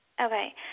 Okay